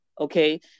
okay